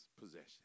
possession